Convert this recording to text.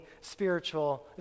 spiritual